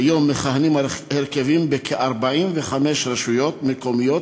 כיום מכהנים הרכבים בכ-45 רשויות מקומיות